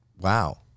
Wow